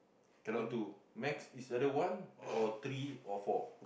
cannot two max is only one or three or four